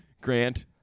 Grant